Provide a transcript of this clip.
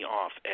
off